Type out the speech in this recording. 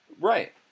Right